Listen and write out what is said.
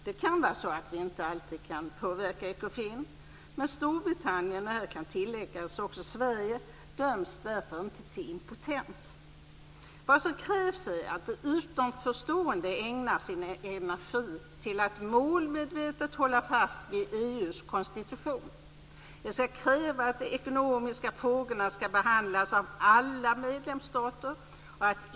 Det kan vara så att vi inte alltid kan påverka Ekofin, men Storbritannien - också Sverige kan läggas till - döms därför inte till impotens. Vad som krävs är att de utanförstående ägnar sin energi åt att målmedvetet hålla fast vid EU:s konstitution. De ska kräva att de ekonomiska frågorna ska behandlas av alla medlemsstater.